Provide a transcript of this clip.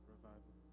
Revival